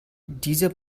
dieser